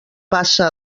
passa